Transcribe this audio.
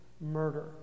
murder